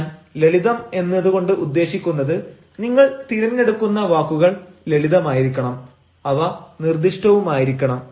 ഞാൻ ലളിതം എന്നതു കൊണ്ട് ഉദ്ദേശിക്കുന്നത് നിങ്ങൾ തിരഞ്ഞെടുക്കുന്ന വാക്കുകൾ ലളിതമായിരിക്കണം അവ നിർദിഷ്ടവുമായിരിക്കണം